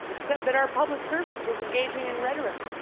said that our public service was engag and rhetoric.